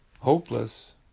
Hopeless